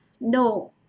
no